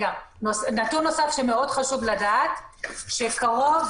נתון נוסף שמאוד חשוב לדעת הוא שיש קרוב